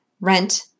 Rent